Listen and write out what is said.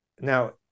Now